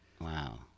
Wow